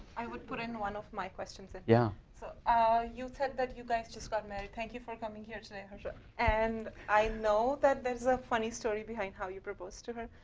i would put in one of my questions. yeah so ah you said that you guys just got married. thank you for coming here today, harsha. and i know that there's a funny story behind how you proposed to her.